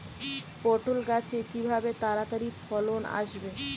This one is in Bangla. পটল গাছে কিভাবে তাড়াতাড়ি ফলন আসবে?